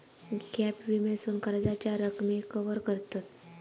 gap विम्यासून कर्जाच्या रकमेक कवर करतत